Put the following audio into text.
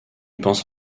pense